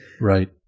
right